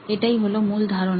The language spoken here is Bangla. এটাই হলো মূল ধারণা